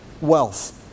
wealth